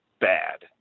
bad